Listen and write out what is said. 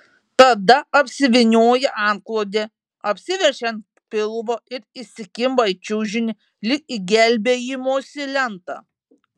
tada apsivynioja antklode apsiverčia ant pilvo ir įsikimba į čiužinį lyg į gelbėjimosi lentą